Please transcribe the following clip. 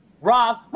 Rob